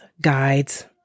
guides